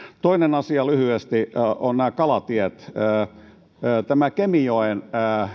toinen asia lyhyesti nämä kalatiet kemijoen